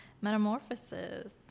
metamorphosis